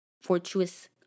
fortuitous